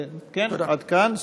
עד כאן.